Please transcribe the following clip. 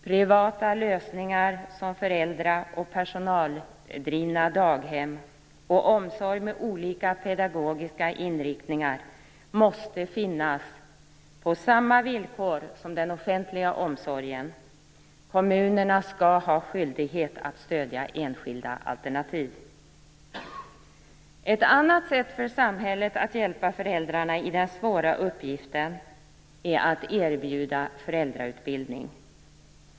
Privata lösningar som föräldraoch personaldrivna daghem och omsorg med olika pedagogiska inriktningar måste finnas på samma villkor som den offentliga omsorgen. Kommunerna skall ha skyldighet att stödja enskilda alternativ. Ett annat sätt för samhället att hjälpa föräldrarna i den svåra uppgiften är att erbjuda föräldrautbildning.